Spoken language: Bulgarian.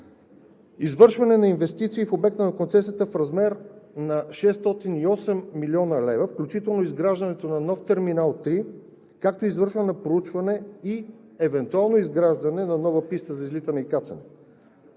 Извършване на инвестиции в обекта на концесията в размер на 608 млн. лв., включително и изграждането на нов Терминал 3, както и извършване на проучване и евентуално изграждане на нова писта за излитане и кацане.